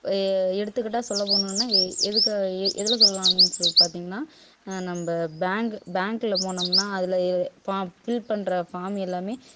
எடுத்துக்கிட்டால் சொல்ல போனோம்னால் எதுக்கு எதில் சொல்லலாம்னு சொல்லி பார்த்தீங்கனா நம்ம பேங்க் பேங்க்கில் போனோம்னால் அதில் ஃபார்ம் ஃபில் பண்ணுற ஃபார்ம் எல்லாமே